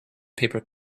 paper